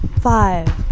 Five